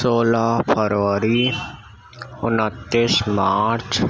سولہ فروری انتیس مارچ